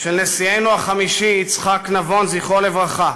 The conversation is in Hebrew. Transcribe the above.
של נשיאנו החמישי יצחק נבון, זכרו לברכה,